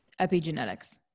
epigenetics